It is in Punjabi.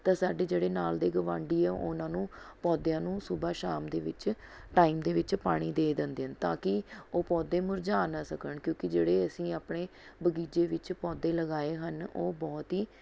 ਤਾਂ ਸਾਡੇ ਜਿਹੜੇ ਨਾਲ਼ ਦੇ ਗਵਾਂਢੀ ਆ ਉਨ੍ਹਾਂ ਨੂੰ ਪੌਦਿਆਂ ਨੂੰ ਸੁਬਹ ਸ਼ਾਮ ਦੇ ਵਿੱਚ ਟਾਈਮ ਦੇ ਵਿੱਚ ਪਾਣੀ ਦੇ ਦਿੰਦੇ ਹਨ ਤਾਂ ਕਿ ਉਹ ਪੌਦੇ ਮੁਰਝਾ ਨਾ ਸਕਣ ਕਿਉਂਕਿ ਜਿਹੜੇ ਅਸੀਂ ਆਪਣੇ ਬਗੀਚੇ ਵਿੱਚ ਪੌਦੇ ਲਗਾਏ ਹਨ ਉਹ ਬਹੁਤ ਹੀ